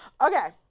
okay